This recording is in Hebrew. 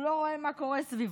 הוא לא רואה מה קורה סביבו,